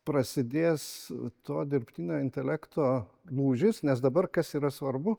prasidės to dirbtinio intelekto lūžis nes dabar kas yra svarbu